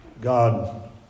God